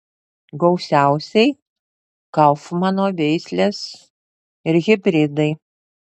gausiausiai kaufmano veislės ir hibridai